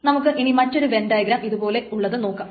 നമുക്ക് ഇനി മറ്റൊരു വെൻ ഡയഗ്രം ഇതുപോലെയുള്ളത് നോക്കാം